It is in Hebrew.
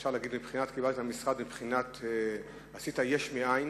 אפשר להגיד שקיבלת משרד, בבחינת עשית יש מאין,